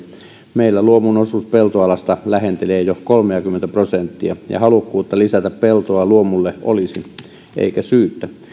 meillä luomun osuus peltoalasta lähentelee jo kolmeakymmentä prosenttia ja halukkuutta lisätä peltoa luomulle olisi eikä syyttä